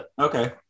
okay